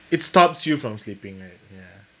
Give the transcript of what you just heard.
it stops you from sleeping right ya